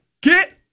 get